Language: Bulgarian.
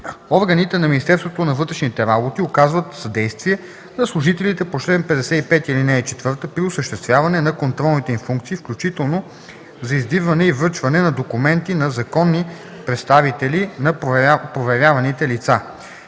Органите на Министерството на вътрешните работи оказват съдействие на служителите по чл. 55, ал. 4 при осъществяване на контролните им функции, включително за издирване и връчване на документи на законни представители на проверяваните лица.